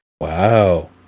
Wow